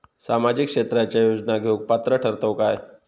सामाजिक क्षेत्राच्या योजना घेवुक पात्र ठरतव काय?